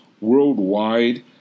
Worldwide